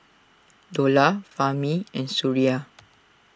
Dollah Fahmi and Suria